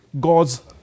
God's